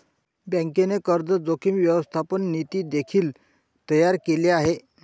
बँकेने कर्ज जोखीम व्यवस्थापन नीती देखील तयार केले आहे